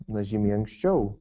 na žymiai anksčiau